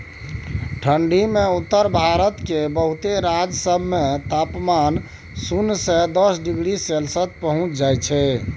ठंढी मे उत्तर भारत केर बहुते राज्य सब मे तापमान सुन्ना से दस डिग्री तक पहुंच जाइ छै